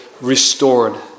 restored